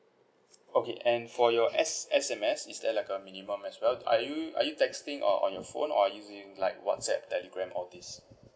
okay and for your s S_M_S is there like a minimum as well are you are you texting or on your phone or using like whatsapp telegram all these